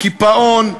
קיפאון,